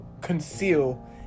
conceal